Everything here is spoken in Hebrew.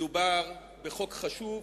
מדובר בחוק חשוב,